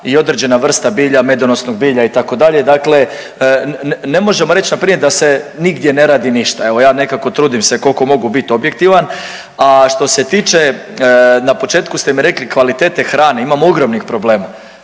i određena vrsta bilja, medonosnog bilja itd., dakle ne možemo reć npr. da se nigdje ne radi ništa, evo ja nekako trudim se koliko mogu bit objektivan. A što se tiče, na početku ste mi rekli kvalitete hrane, imamo ogromnih problema.